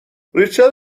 ریچل